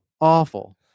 Awful